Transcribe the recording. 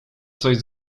coś